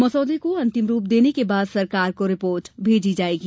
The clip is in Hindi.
मसौदे को अंतिम रूप देने के बाद सरकार को रिपोर्ट भेजी जायेगी